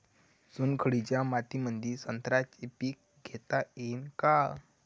चुनखडीच्या मातीमंदी संत्र्याचे पीक घेता येईन का?